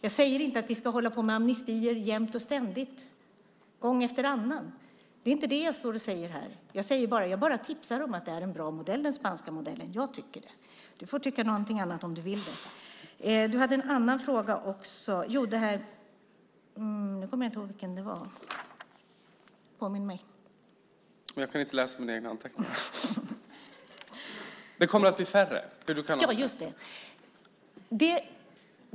Jag säger inte att vi ska hålla på med amnestier jämt och ständigt, gång efter annan. Det är inte det jag står och säger. Jag bara tipsar om att den spanska modellen är en bra modell. Jag tycker det. Du får tycka någonting annat om du vill. Du hade en annan fråga också. Nu kommer jag inte ihåg vilken det var. Påminn mig! : Det kommer att bli färre.) Just det!